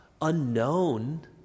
unknown